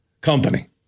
company